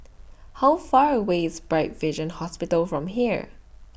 How Far away IS Bright Vision Hospital from here